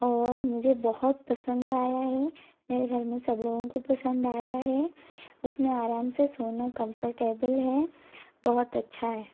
और मुझे बहुत पसंद आया है मेरे घर में सब लोगों को पसंद आया है उस में आराम से सोना कंफर्टेबल है बहुत अच्छा है